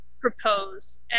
propose